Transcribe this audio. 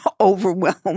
overwhelmed